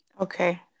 Okay